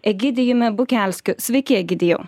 egidijumi bukelskiu sveiki egidijau